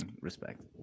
respect